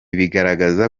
bigaragaza